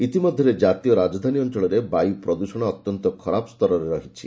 ଇତି ମଧ୍ୟରେ ଜାତୀୟ ରାଜଧାନୀ ଅଞ୍ଚଳରେ ବାୟୁ ପ୍ରଦୃଷଣ ଅତ୍ୟନ୍ତ ଖରାପ ସ୍ତରରେ ରହିଛି